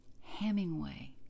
Hemingway